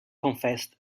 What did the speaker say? confessed